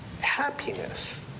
happiness